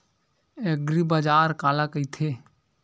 एग्रीबाजार काला कइथे?